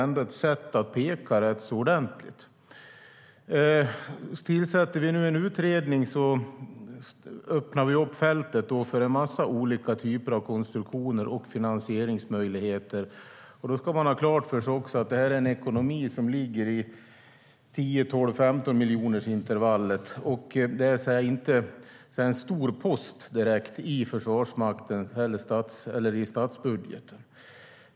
Om vi tillsätter en utredning öppnar vi upp fältet för en massa olika typer av konstruktioner och finansieringsmöjligheter. Man ska ha klart för sig att ekonomin ligger i intervallet 10-12-15 miljoner. Det är alltså ingen stor post i statsbudgeten.